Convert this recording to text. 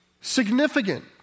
significant